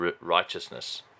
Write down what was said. righteousness